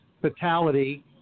fatality